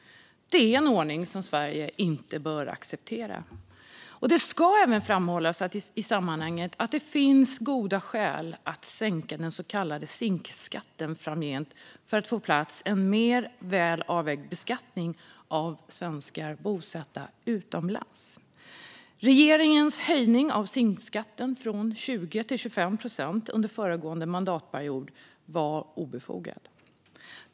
Det är en ordning som Sverige inte bör acceptera. Det ska i sammanhanget även framhållas att det finns goda skäl att sänka den så kallade SINK-skatten framgent för att få på plats en mer välavvägd beskattning av svenskar bosatta utomlands. Regeringens höjning av SINK-skatten från 20 till 25 procent under föregående mandatperiod var obefogad.